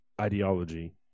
ideology